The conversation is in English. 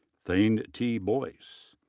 thane t. boyce.